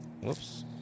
Whoops